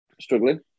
struggling